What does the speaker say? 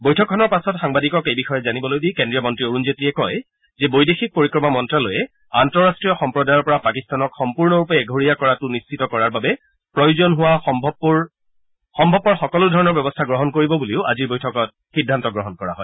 বৈঠকখনৰ পাছত সাংবাদিকক এই বিষয়ে জানিবলৈ দি কেন্দ্ৰীয় মন্ত্ৰী অৰুণ জেটলিয়ে কয় যে বৈদেশিক পৰিক্ৰমা মন্ত্যালয়ে আন্তঃৰাষ্ট্ৰীয় সম্প্ৰদায়ৰ পৰা পাকিস্তানক সম্পূৰ্ণৰূপে এঘৰীয়া কৰাটো নিশ্চিত কৰাৰ বাবে প্ৰয়োজন হোৱা সম্ভৱপৰ সকলো ধৰণৰ ব্যৱস্থা গ্ৰহণ কৰিব বুলিও আজিৰ বৈঠকত সিদ্ধান্ত গ্ৰহণ কৰা হয়